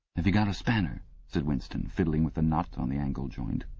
have you got a spanner said winston, fiddling with the nut on the angle-joint.